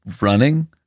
running